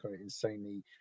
insanely